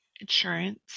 insurance